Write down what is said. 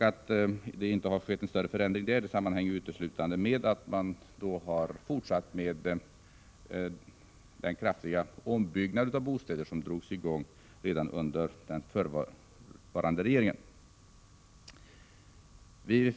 Att någon större förändring inte har skett sammanhänger uteslutande med att man fortsatt med den kraftiga ombyggnad av bostäder som drogs i gång redan under den förra regeringen.